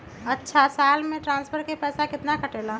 अछा साल मे ट्रांसफर के पैसा केतना कटेला?